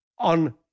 on